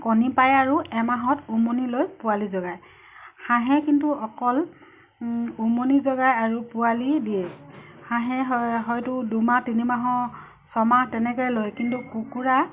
কণী পাৰে আৰু এমাহত উমনি লৈ পোৱালি জগায় হাঁহে কিন্তু অকল উমনি জগায় আৰু পোৱালি দিয়ে হাঁহে হয়তো দুমাহ তিনিমাহ ছমাহ তেনেকে লয় কিন্তু কুকুৰা